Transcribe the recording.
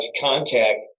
contact